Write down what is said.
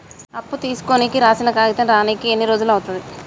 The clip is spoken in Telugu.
అప్పు తీసుకోనికి రాసిన కాగితం రానీకి ఎన్ని రోజులు అవుతది?